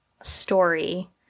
Story